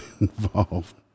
involved